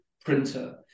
printer